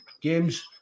games